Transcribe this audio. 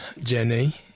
Jenny